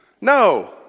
No